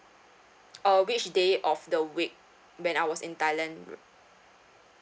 uh which day of the week when I was in thailand